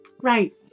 Right